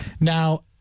Now